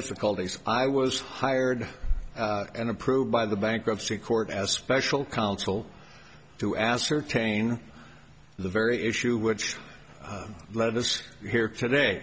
difficulties i was hired and approved by the bankruptcy court as special counsel to ascertain the very issue which led us here today